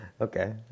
Okay